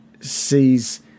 sees